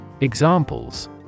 Examples